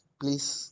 please